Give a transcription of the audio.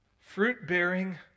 fruit-bearing